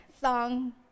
song